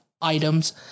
items